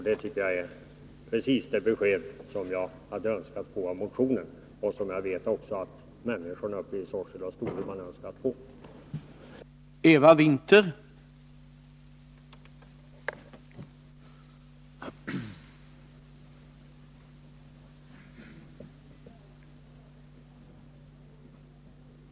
Detta tycker jag är precis det besked som jag önskade få med anledning av motionen, och jag vet också att människorna uppe i Sorsele och Storuman önskar detsamma.